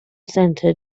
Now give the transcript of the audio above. center